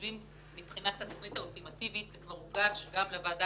מבחינת התכנית האולטימטיבית זה כבר הוגש גם לוועדה